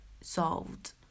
solved